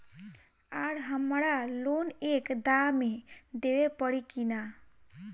आर हमारा लोन एक दा मे देवे परी किना?